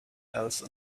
else